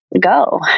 go